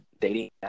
dating